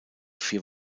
vier